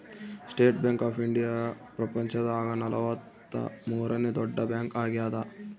state Bank of India ಪ್ರಪಂಚ ದಾಗ ನಲವತ್ತ ಮೂರನೆ ದೊಡ್ಡ ಬ್ಯಾಂಕ್ ಆಗ್ಯಾದ